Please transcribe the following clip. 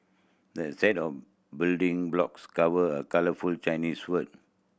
the set of building blocks covered a colourful Chinese word